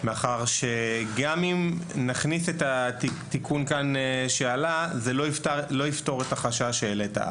מאחר וגם אם נכניס את התיקון שעלה כאן זה לא יפתור את החשש שהעלית.